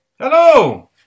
hello